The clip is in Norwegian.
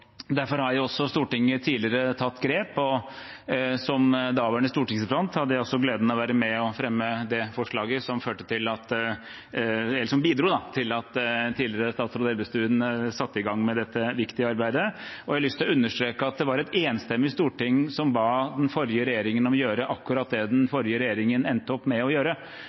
Derfor har også Stortinget tidligere tatt grep, og som daværende stortingsrepresentant hadde jeg gleden av å være med og fremme det forslaget som bidro til at tidligere statsråd Elvestuen satte i gang med dette viktige arbeidet. Jeg har lyst til å understreke at det var et enstemmig storting som ba den forrige regjeringen om å gjøre akkurat det den forrige regjeringen endte opp med å gjøre,